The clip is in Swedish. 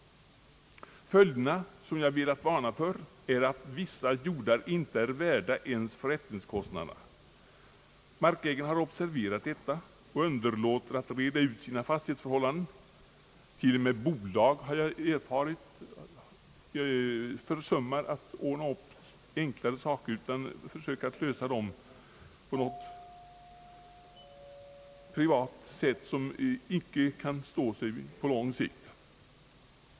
Följderna som jag velat varna för är att vissa jordar inte är värda ens förrättningskostnaderna. Markägarna har observerat detta och underlåter att reda ut sina fastighetsförhållanden. T.o.m. bolag, har jag erfarit, försummar att ordna upp enklare fastighetsförrättningar. De försöker att lösa dem på privat väg, vilket icke kan stå sig på lång sikt.